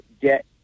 get